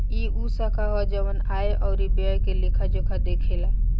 ई उ शाखा ह जवन आय अउरी व्यय के लेखा जोखा देखेला